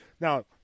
Now